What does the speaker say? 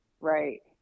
right